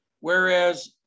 Whereas